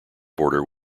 border